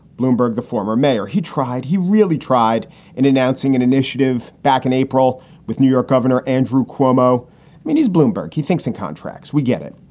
bloomberg, the former mayor, he tried he really tried in announcing an initiative back in april with new york governor andrew cuomo. i mean, he's bloomberg, he thinks and contracts. we get it.